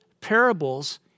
parables